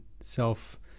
self